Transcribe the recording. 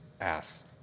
asks